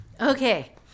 Okay